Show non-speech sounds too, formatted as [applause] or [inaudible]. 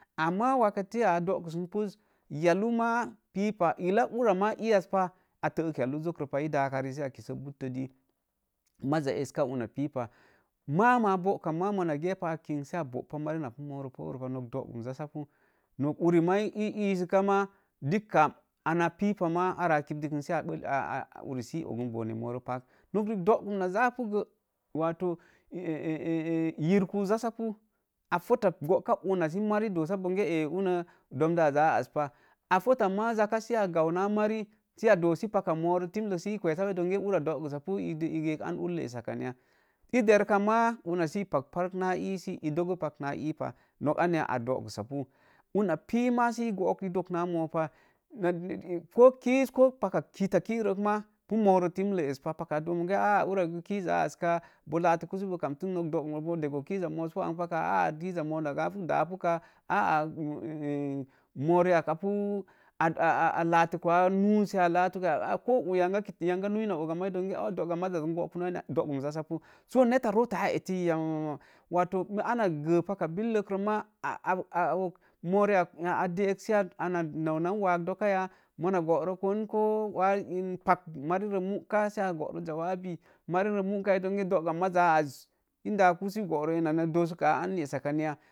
Ama wakete a doogussun pus, yalu maa pipa, illa ura maa iya pa a te yalu zokro pa, ii daa ka rii sə a kisə buttə dii, maza eska unas pipa, mamma a boo kam ma mona gyapa a kin sə a boo pa, marina pu moro pou ro pah, nok dogum jassapu. Nok uri maa ii ee sə ka maa dikka ana pipa maa awa a kiddə kə sə a bəsə sə uri [unintelligible] sə ogun bone morə paak. Nok riik doogum na japugə wato exe yirku jassapu, a fota boka unasə mari dosa benge domdaz a az pa. a fota maa jaka sə a gau naa rari sə adosi paka moro timlek sə kwasa sə doo inge uraz dogusapu ii ge un unlə essakan yu ii der maa sə pag pag na ii sə ii doo pak naa ii pah, nok anya a dogusapu. una pi mae sə i pag sə ii dogo naa moo pa, ko kiz ko paka kittaki nə maa pu moro timlə espa, paka a dook mronge uraz gə kiz askaa boo latuku sə boo kamtu, nota dogumboo dego kiz za mooz pu anpa kaa, aa kiz mooz na ja pu daapu kaa, moo rii ak a latuk wa nus, sə a latu, nok yange nui ina oga maa dii dook inge oo duga maza n bokunu anya? Do gum jassapu, so net ta roo ta etti yamama, oma gə paka billə rə ma moo rii ak a de sə a, mona naunau wag dokka ya, mona boro boon ko wa pak mari rə muka sə borə jawab marimeka dook inge doga maz za az, ii daku sə goro ina nan ya, doo sə kaa essak kam ya.